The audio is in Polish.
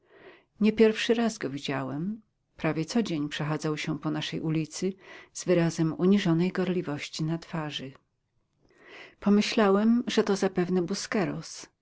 nie pierwszy raz go widziałem prawie co dzień przechadzał się po naszej ulicy z wyrazem uniżonej gorliwości na twarzy pomyślałem że to zapewne